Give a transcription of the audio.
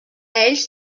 ells